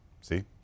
See